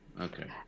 Okay